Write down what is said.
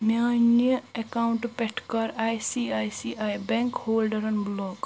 میانہِ اکاونٹ پٮ۪ٹھ کَر I C I C I bank ہولڈنگہٕ بلاک